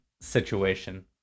situation